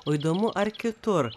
o įdomu ar kitur